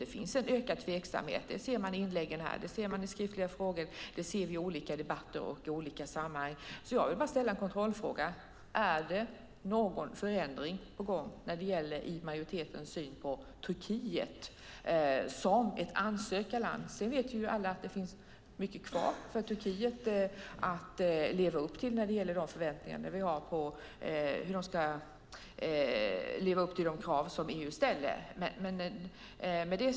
Det finns en ökad tveksamhet. Det ser man i inläggen här, i skriftliga frågor och i olika debatter i olika sammanhang. Jag vill ställa en kontrollfråga. Är det någon förändring på gång i majoritetens syn på Turkiet som ett ansökarland? Alla vet att det finns mycket kvar för Turkiet att göra för att leva upp till de krav som EU ställer.